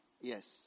Yes